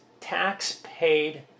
tax-paid